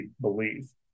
believe